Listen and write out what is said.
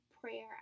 prayer